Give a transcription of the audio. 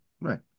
right